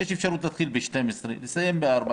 יש אפשרות להתחיל ב-12 ולסיים ב-16.